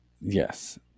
Yes